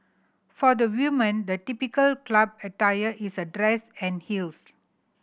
for the women the typical club attire is a dress and heels